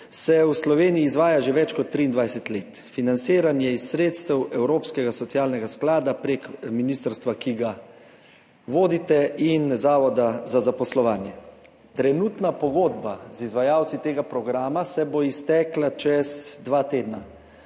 se v Sloveniji izvaja že več kot 23 let. Financiranje iz sredstev Evropskega socialnega sklada prek ministrstva, ki ga vodite, in Zavoda za zaposlovanje. Trenutna pogodba z izvajalci tega programa se bo iztekla čez dva tedna,